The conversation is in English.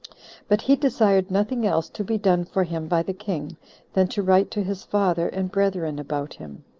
but he desired nothing else to be done for him by the king than to write to his father and brethren about him.